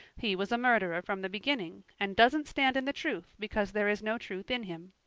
he was a murderer from the beginning, and doesn't stand in the truth, because there is no truth in him.